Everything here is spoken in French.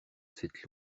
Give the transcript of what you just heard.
cette